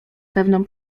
pewną